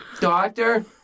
doctor